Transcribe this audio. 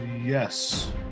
Yes